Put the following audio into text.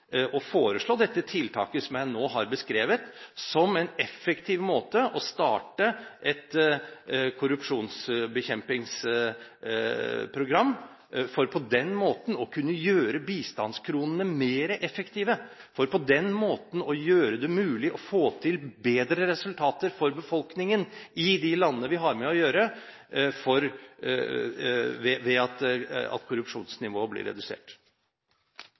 å foreslå dette tiltaket som jeg nå har beskrevet, som en effektiv måte å starte et korrupsjonsbekjempingsprogram på, for på den måten å kunne gjøre bistandskronene mer effektive og gjøre det mulig å få til bedre resultater for befolkningen i de landene vi har med å gjøre, ved at korrupsjonsnivået blir redusert.